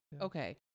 okay